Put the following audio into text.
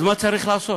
אז מה צריך לעשות?